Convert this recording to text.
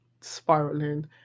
spiraling